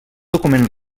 document